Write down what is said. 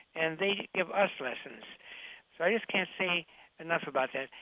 and they give us lessons. so i just can't say enough about that,